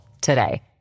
today